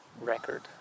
record